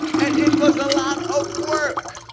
and it was a lot of work.